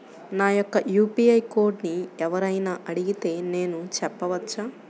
నా యొక్క యూ.పీ.ఐ కోడ్ని ఎవరు అయినా అడిగితే నేను చెప్పవచ్చా?